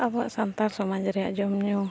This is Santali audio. ᱟᱵᱚᱣᱟᱜ ᱥᱟᱱᱛᱟᱲ ᱥᱚᱢᱟᱡᱽ ᱨᱮᱭᱟᱜ ᱡᱚᱢ ᱧᱩ